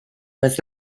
was